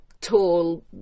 tall